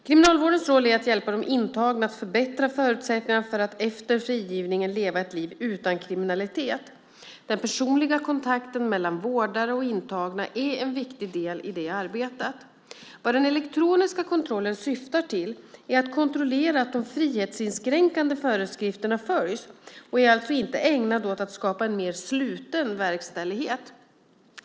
Kriminalvårdens roll är att hjälpa de intagna att förbättra förutsättningarna för att efter frigivningen leva ett liv utan kriminalitet. Den personliga kontakten mellan vårdare och intagna är en viktig del i det arbetet. Vad den elektroniska kontrollen syftar till är att kontrollera att de frihetsinskränkande föreskrifterna följs. Den är alltså inte ägnad att skapa en mer sluten verkställighet.